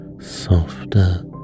softer